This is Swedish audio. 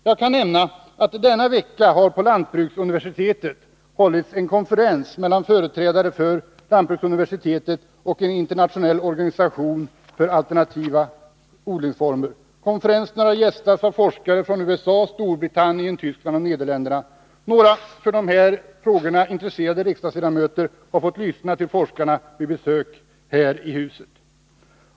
Jag kan nämna att denna vecka har på lantbruksuniversitetet hållits en konferens mellan företrädare för lantbruksuniversitetet och en internationell organisation för alternativa odlingsformer. Konferensen har gästats av forskare från USA, Storbritannien, Tyskland och Nederländerna. Några av riksdagens ledamöter som är intresserade av dessa frågor har fått lyssna till forskarna när de gjorde ett besök här i huset.